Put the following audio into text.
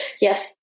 Yes